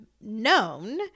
known